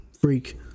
freak